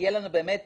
תהיה לנו אפשרות,